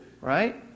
right